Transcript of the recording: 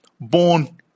born